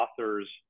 authors